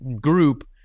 group